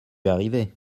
arrivait